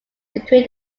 between